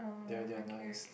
that are that are nice